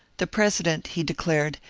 the president, he declared,